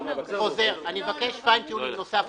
אני מבקש fine tuning נוסף,